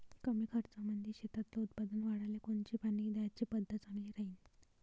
कमी खर्चामंदी शेतातलं उत्पादन वाढाले कोनची पानी द्याची पद्धत चांगली राहीन?